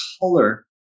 color